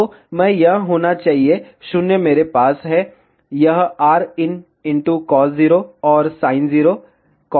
तो मैं यह होना चाहिए 0 मेरे पास है यह rin cos0 और sin0 cos0 और sin0 है